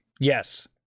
Yes